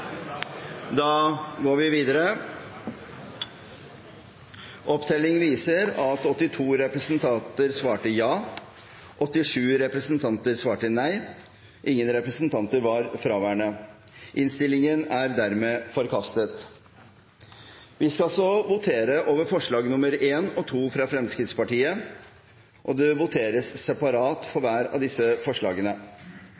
da til votering over innstillingens III. Ingen representanter var fraværende. Vi skal så votere over forslagene nr. 1 og 2, fra Fremskrittspartiet, og det voteres separat